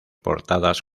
portadas